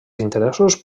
interessos